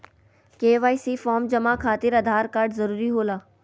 KYC form जमा खातिर Aadhaar card जरूरी होला?